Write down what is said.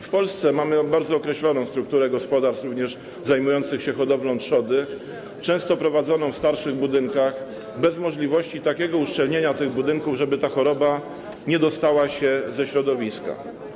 W Polsce mamy bardzo określoną strukturę gospodarstw również zajmujących się hodowlą trzody, często prowadzoną w starszych budynkach, bez możliwości takiego uszczelnienia tych budynków, żeby ta choroba nie dostała się ze środowiska.